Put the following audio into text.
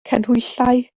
canhwyllau